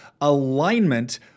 alignment